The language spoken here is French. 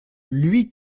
lui